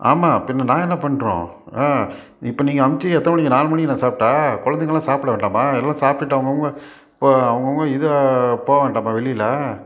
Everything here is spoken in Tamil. ஆமாம் பின்னே நான் என்ன பண்ணட்டும் ஆ இப்போ நீங்கள் அமுச்சு எத்தனை மணிக்கு நாலு மணிக்கு நான் சாப்பிட்டா குழந்தைங்களாம் சாப்பிட வேண்டாமா எல்லாம் சாப்பிட்டுட்டு அவங்கவுங்க இப்போது அவங்கவுங்க இதாக போக வேண்டாமா வெளியில்